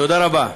תודה רבה.